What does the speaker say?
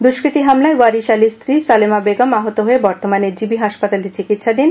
দুষ্কৃতি হামলায় ওয়ারিশ আলির স্ত্রী সালেমা বেগম আহত হয়ে বর্তমানে জিবি হাসপাতালে চিকিৎসাধীন